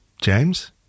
James